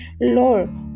lord